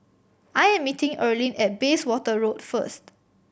I'm meeting Erlene at Bayswater Road first